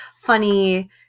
funny